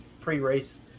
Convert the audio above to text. pre-race